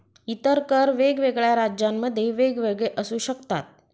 इतर कर वेगवेगळ्या राज्यांमध्ये वेगवेगळे असू शकतात